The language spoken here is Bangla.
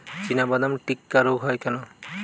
চিনাবাদাম টিক্কা রোগ হয় কেন?